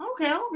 Okay